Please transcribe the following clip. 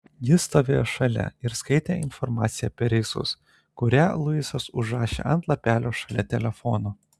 ji stovėjo šalia ir skaitė informaciją apie reisus kurią luisas užrašė ant lapelio šalia telefono